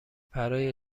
برای